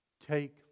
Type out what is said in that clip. Take